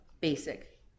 basic